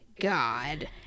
god